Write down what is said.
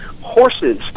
horses